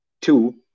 Two